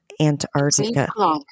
Antarctica